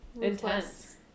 intense